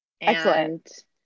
Excellent